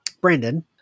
Brandon